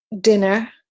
dinner